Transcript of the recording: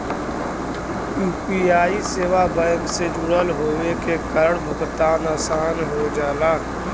UPI सेवा bank से जुड़ल होये के कारण भुगतान आसान हो जाला